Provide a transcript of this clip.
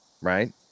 right